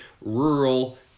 rural